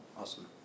awesome